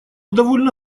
довольно